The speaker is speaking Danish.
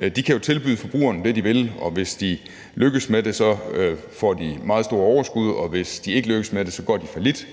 kan jo tilbyde forbrugerne det, de vil, og hvis de lykkes med det, får de meget store overskud, og hvis de ikke lykkes med det, går de fallit.